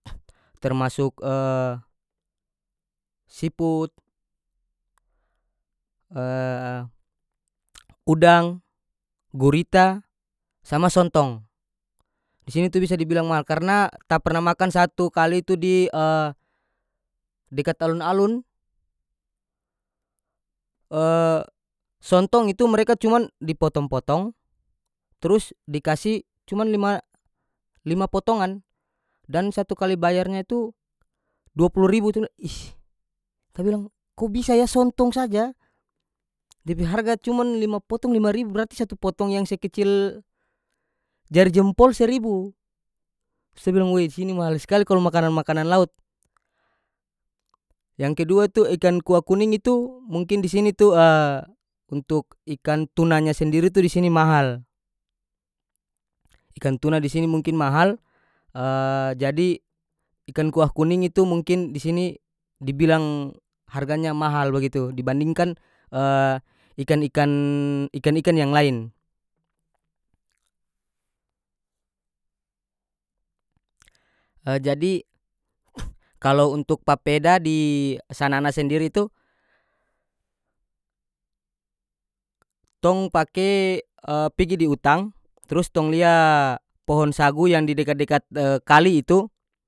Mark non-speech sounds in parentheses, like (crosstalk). (noise) termasuk (hesitation) siput (hesitation) udang gurita sama sontong di sini itu bisa dibilang mahal karena ta pernah makan satu kali tu di (hesitation) dekat alun-alun (hesitation) sontong itu mereka cuman di potong-potong trus di kasi cuman lima- lima potongan dan satu kali bayarnya itu dua pulu ribu tu ish ta bilang ko bisa ya sontong saja dia pe harga cuman lima potong lima ribu berarti satu potong yang sekecil jari jempol seribu saya bilang woe di sini mahal skali kalo makanan-makanan laut yang kedua tu ikan kua kuning itu mungkin di sini tu (hesitation) untuk ikan tunanya sendiri tu di sini mahal ikan tuna di sini mungkin mahal (hesitation) jadi ikan kuah kuning itu mungkin di sini dibilang harganya mahal bagitu dibandingkan (hesitation) ikan-ikan ikan-ikan yang lain (hesitation) jadi (noise) kalau untuk papeda di sanana sendiri tu tong pake (hesitation) pigi di hutang trus tong lia pohon sagu yang di dekat-dekat (hesitation) kali itu.